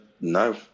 no